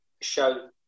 Show